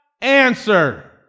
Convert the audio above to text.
answer